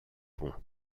pont